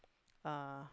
uh